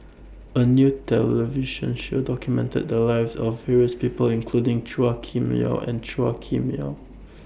A New television Show documented The Lives of various People including Chua Kim Yeow and Chua Kim Yeow